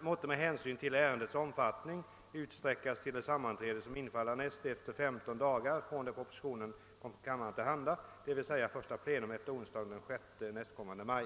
måtte med hänsyn till ärendets omfattning utsträckas till det sammanträde som infaller näst efter femton dagar från det propositionen kom kammaren till handa, d.v.s. första plenum efter onsdagen den 6 nästkommande maj.